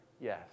Yes